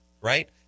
right